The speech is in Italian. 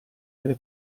delle